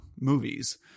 movies